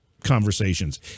conversations